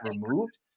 removed